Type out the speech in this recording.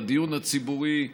לדיון הציבורי.